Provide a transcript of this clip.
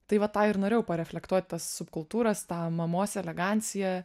tai va tą ir norėjau pareflektuot tas subkultūras tą mamos eleganciją